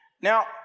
Now